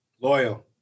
Loyal